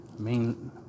main